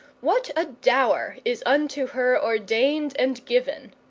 what a dower is unto her ordained and given!